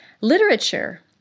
Literature